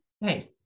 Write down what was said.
hey